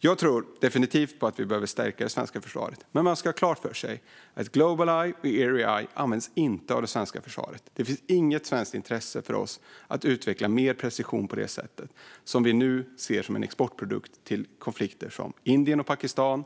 Jag tror definitivt på att vi behöver stärka det svenska försvaret. Men man ska ha klart för sig att Globaleye och Erieye inte används av det svenska försvaret. Det finns inget svenskt intresse av att utveckla mer precision på det sätt som vi nu ser som en exportprodukt till konflikter i Indien och Pakistan,